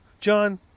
John